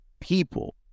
people